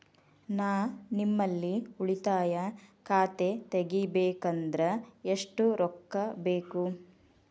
ನಾ ನಿಮ್ಮಲ್ಲಿ ಉಳಿತಾಯ ಖಾತೆ ತೆಗಿಬೇಕಂದ್ರ ಎಷ್ಟು ರೊಕ್ಕ ಬೇಕು?